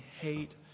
hate